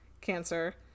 cancer